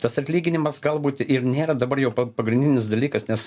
tas atlyginimas galbūt ir nėra dabar jau pa pagrindinis dalykas nes